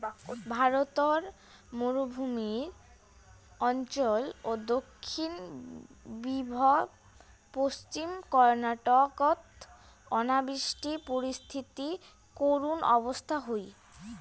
ভারতর মরুভূমি অঞ্চল ও দক্ষিণ বিদর্ভ, পশ্চিম কর্ণাটকত অনাবৃষ্টি পরিস্থিতি করুণ অবস্থা হই